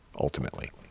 ultimately